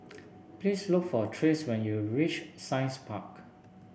please look for Trace when you reach Science Park